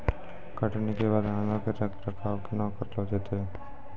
कटनी के बाद अनाजो के रख रखाव केना करलो जैतै?